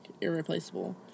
irreplaceable